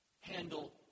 handle